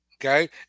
Okay